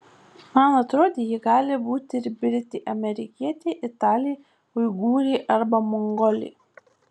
man atrodė ji gali būti ir britė amerikietė italė uigūrė arba mongolė